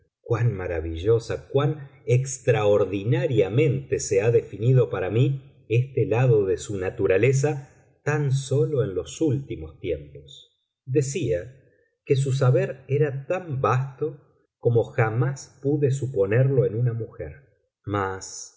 cuán maravillosa cuán extraordinariamente se ha definido para mí este lado de su naturaleza tan sólo en los últimos tiempos decía que su saber era tan vasto como jamás pude suponerlo en una mujer mas